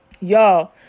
y'all